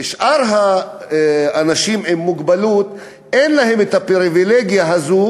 ששאר האנשים עם מוגבלות אין להם הפריבילגיה הזו: